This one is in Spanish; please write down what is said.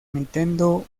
nintendo